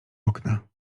okna